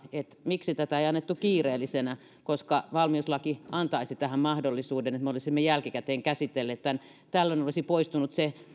miksi tätä ei annettu kiireellisenä valmiuslaki antaisi tähän mahdollisuuden että me olisimme jälkikäteen käsitelleet tämän tällöin olisi poistunut se